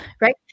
Right